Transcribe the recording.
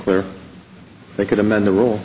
clear they could amend the rule